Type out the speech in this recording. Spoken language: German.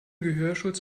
gehörschutz